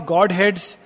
Godhead's